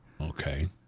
Okay